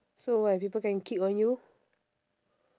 so what people can kick on you